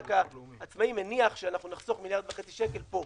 מענק העצמאים הניח שאנחנו נחסוך 1.5 מיליארד שקלים פה,